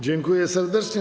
Dziękuję serdecznie.